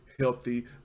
healthy